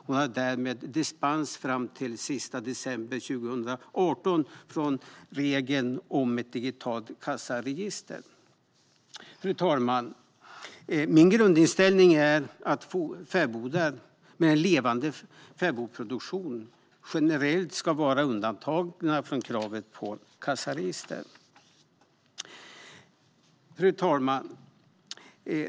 Hon fick därmed dispens från kravet på ett digitalt kassaregister fram till den 31 december 2018. Fru talman! Min grundinställning är att fäbodar med en levande fäbodproduktion generellt ska vara undantagna från kravet på kassaregister. Fru talman!